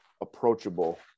approachable